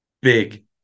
big